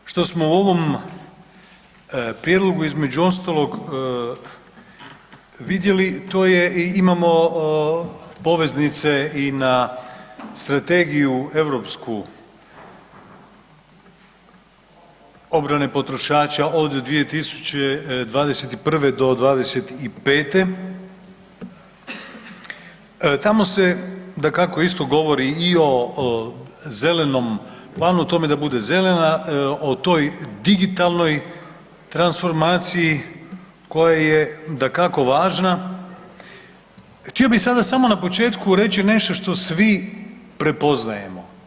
Ono što smo u ovom prijedlogu između ostalog vidjeli i to je i imamo poveznice i na strategiju europsku obrane potrošača od 2021. do 2025., tamo se dakako isto govori i o zelenom planu, o tome da bude zelena, o toj digitalnoj transformaciji koja je dakako važna, htio bi sada samo na početku reći nešto što svi prepoznajemo.